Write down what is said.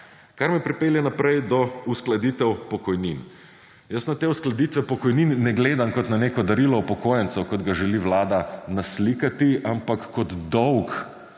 Kar me pripelje naprej do uskladitev pokojnin. Jaz na te uskladitve pokojnin ne gledam kot na neko darilo upokojencem, kot ga želi vlada naslikati, ampak kot dolg,